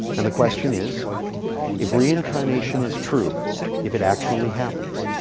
and the question is if reincarnation is true if it actually happens,